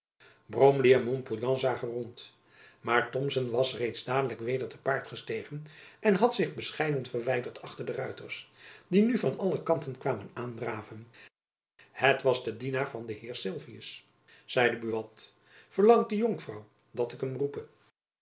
en montpouillan zagen rond maar thomson was reeds dadelijk weder te paard gestegen en had zich bescheiden verwijderd achter de ruiters die nu van alle kanten kwamen aandraven het was een dienaar van den heer sylvius jacob van lennep elizabeth musch zeide buat verlangt de jonkvrouw dat ik hem roepe